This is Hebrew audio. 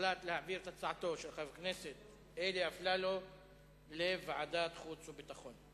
הוחלט להעביר את הצעתו של חבר הכנסת אלי אפללו לוועדת החוץ והביטחון.